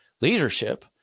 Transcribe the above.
leadership